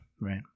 Right